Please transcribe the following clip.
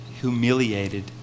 humiliated